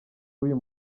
uyu